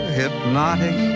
hypnotic